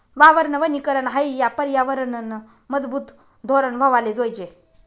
वावरनं वनीकरन हायी या परयावरनंनं मजबूत धोरन व्हवाले जोयजे